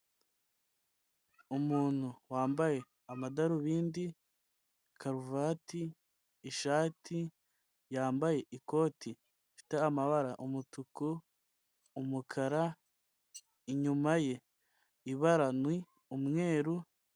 Umuntu wambaye amadarubindi, karuvati ishati yambaye ikoti rifite amabara umutuku umukara inyuma ye ibara ni umweru.